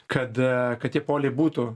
kad kad tie poliai būtų